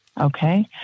Okay